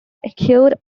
acute